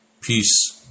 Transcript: Peace